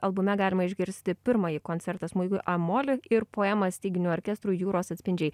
albume galima išgirsti pirmąjį koncertą smuikui a mol ir poema styginių orkestrui jūros atspindžiai